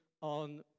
on